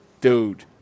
dude